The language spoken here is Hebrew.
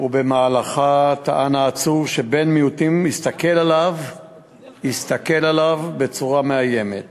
ובמהלכה טען העצור שבן-מיעוטים הסתכל עליו בצורה מאיימת